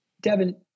Devin